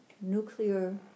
nuclear